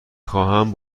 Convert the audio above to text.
خواهم